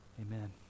Amen